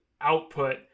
output